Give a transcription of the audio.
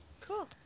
Cool